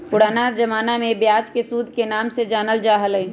पुराना जमाना में ब्याज के सूद के नाम से जानल जा हलय